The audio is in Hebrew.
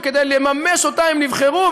וכדי לממש אותה הם נבחרו,